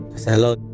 Hello